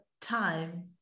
time